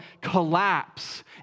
collapse